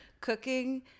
cooking